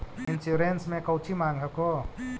Insurance मे कौची माँग हको?